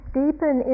deepen